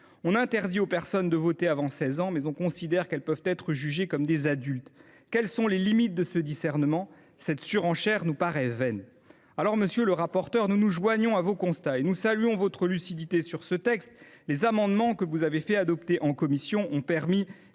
On interdit aux personnes de moins de 16 ans de voter, mais on considère qu’elles peuvent être jugées comme des adultes… Comment le comprendre ? Cette surenchère nous paraît vaine. Monsieur le rapporteur, nous souscrivons à vos constats et nous saluons votre lucidité sur ce texte. Les amendements que vous avez fait adopter en commission ont permis